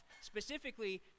specifically